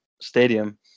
stadium